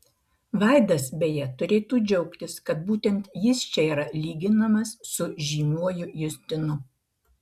vaidas beje turėtų džiaugtis kad būtent jis čia yra lyginamas su žymiuoju justinu